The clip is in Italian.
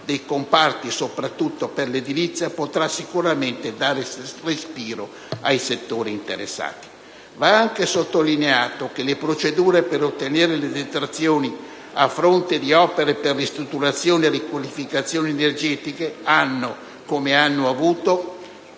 vari comparti, soprattutto in quello edilizio, potrà sicuramente dare respiro ai settori interessati. Va anche sottolineato che le procedure per ottenere le detrazioni a fronte di opere per ristrutturazioni e riqualificazioni energetiche hanno, come hanno avuto,